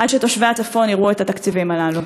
עד שתושבי הצפון יראו את התקציבים הללו.